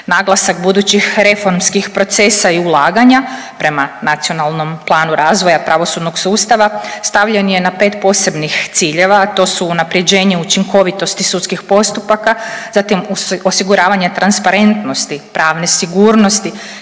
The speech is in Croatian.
Naglasak budućih reformskih procesa i ulaganja prema Nacionalnom planu razvoja pravosudnog sustava stavljen je na 5 posebnih ciljeva, a to su unapređenje učinkovitosti sudskih postupaka, zatim osiguravanje transparentnosti pravne sigurnosti,